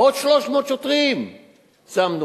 עוד 300 שוטרים שמנו.